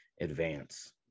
advance